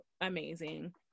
amazing